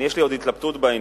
יש לי עוד התלבטות בעניין.